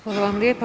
Hvala vam lijepa.